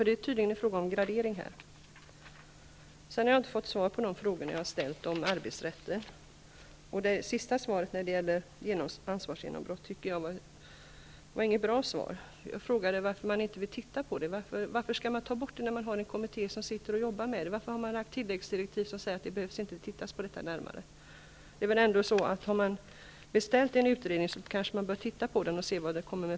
Det är tydligen fråga om en gradering här. Jag har inte fått svar på de frågor jag har ställt om arbetsrätt. Det sista svaret när det gäller ansvarsgenombrott var inte bra. Jag frågade varför man inte vill se över detta. Varför skall man ta bort den biten när det nu sitter en kommitté som arbetar med dessa frågor? Varför har man kommit med tilläggsdirektiv som säger att man inte behöver studera det här närmare? Om man har beställt en utredning bör man kanske titta på vilka förslag den kommer med.